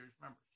members